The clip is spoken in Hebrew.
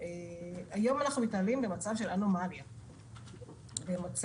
בואו נגיע להסכמה --- כמו שעשית עם כאן.